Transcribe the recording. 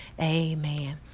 Amen